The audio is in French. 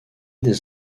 des